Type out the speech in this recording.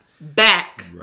Back